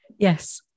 Yes